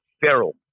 feral